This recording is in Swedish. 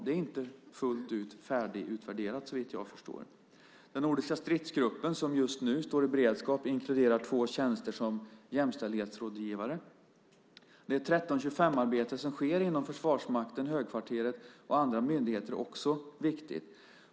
Det är inte helt färdigutvärderat, såvitt jag förstår. Den nordiska stridsgruppen som just nu står i beredskap inkluderar två tjänster som jämställdhetsrådgivare. Det 1325-arbete som sker inom Försvarsmakten, Högkvarteret och andra myndigheter är också viktigt.